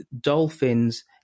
Dolphins